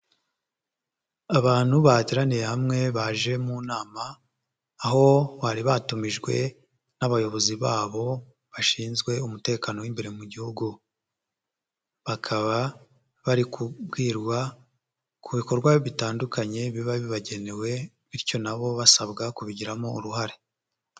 Abantu bateraniye hamwe baje mu nama aho bari batumijwe n'abayobozi babo bashinzwe umutekano w'imbere mu gihugu bakaba bari kubwirwa ku bikorwa bitandukanye biba bibagenewe bityo na bo basabwa kubigiramo uruhare.